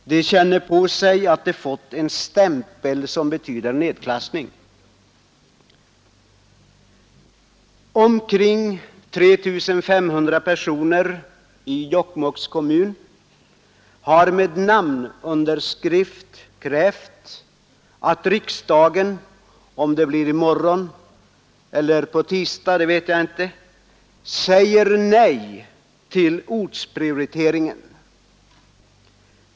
De känner på sig att de fått en stämpel som betyder nedklassning. Omkring 3 500 människor i Jokkmokks kommun har med namnunderskrift krävt att riksdagen — om det blir i morgon eller på tisdag vet jag inte — säger nej till ortsprioriteringen.